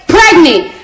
Pregnant